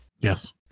Yes